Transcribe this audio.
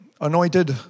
anointed